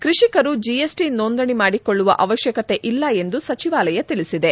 ಕೃಷಿಕರು ಜೆಎಸ್ಟ ನೋಂದಣಿ ಮಾಡಿಕೊಳ್ಳುವ ಅವಶ್ಯಕತೆ ಇಲ್ಲ ಎಂದು ಸಚಿವಾಲಯ ತಿಳಿಸಿದೆ